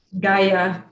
Gaia